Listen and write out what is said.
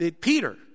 Peter